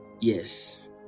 yes